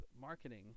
marketing